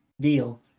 deal